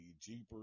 Jeepers